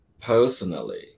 personally